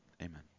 Amen